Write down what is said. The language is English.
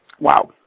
Wow